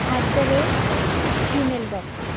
at the rate gmail dot com